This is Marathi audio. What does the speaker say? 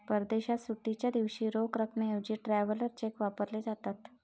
परदेशात सुट्टीच्या दिवशी रोख रकमेऐवजी ट्रॅव्हलर चेक वापरले जातात